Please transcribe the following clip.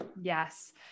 Yes